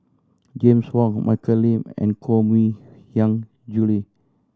James Wong Michelle Lim and Koh Mui Hiang Julie